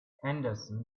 henderson